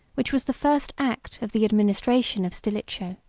which was the first act of the administration of stilicho,